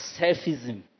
selfism